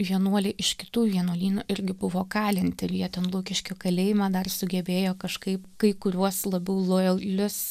vienuoliai iš kitų vienuolynų irgi buvo kalinti ir jie ten lukiškių kalėjime dar sugebėjo kažkaip kai kuriuos labiau lojalius